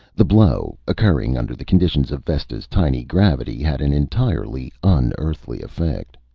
the blow, occurring under the conditions of vesta's tiny gravity, had an entirely un-earthly effect.